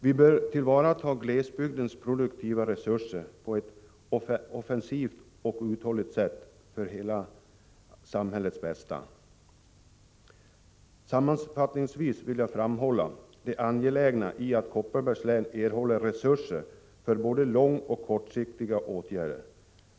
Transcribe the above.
Vi bör tillvarata glesbygdens produktiva resurser på ett offensivt och uthålligt sätt till hela samhällets bästa. Sammanfattningsvis vill jag framhålla det angelägna i att Kopparbergs län erhåller resurser för både långsiktiga och kortsiktiga åtgärder.